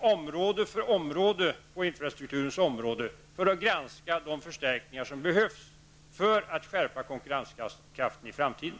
område efter område när det gäller infrastruktur skall gås igenom för att undersöka vilka förstärkningar som behövs, så att konkurrenskraften kan bli större i framtiden.